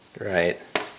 Right